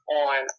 on